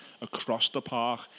across-the-park